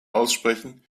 aussprechen